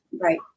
right